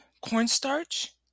cornstarch